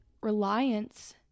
reliance